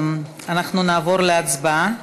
אנחנו נעבור להצבעה,